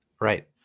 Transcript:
Right